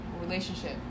relationship